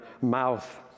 mouth